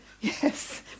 yes